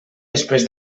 després